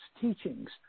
teachings